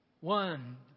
One